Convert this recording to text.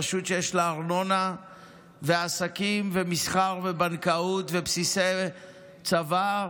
רשות שיש לה ארנונה ועסקים ומסחר ובנקאות ובסיסי צבא,